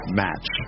match